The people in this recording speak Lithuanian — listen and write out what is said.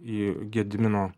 į gedimino